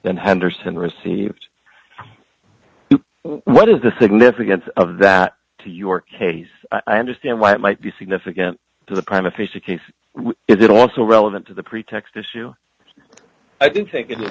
than henderson received what is the significance of that to your case i understand why it might be significant to the prime official case is it also relevant to the pretext issue i don't think it is